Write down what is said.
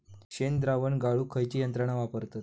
शेणद्रावण गाळूक खयची यंत्रणा वापरतत?